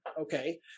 Okay